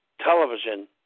television